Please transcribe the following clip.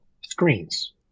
screens